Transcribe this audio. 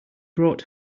brought